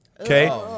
Okay